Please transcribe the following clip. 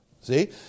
see